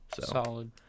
Solid